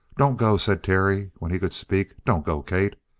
don't go, said terry, when he could speak. don't go, kate!